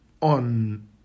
on